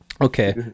okay